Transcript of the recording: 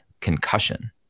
concussion